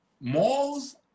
Malls